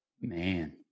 Man